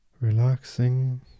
relaxing